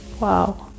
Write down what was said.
wow